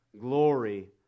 glory